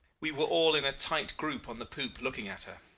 we were all in a tight group on the poop looking at her.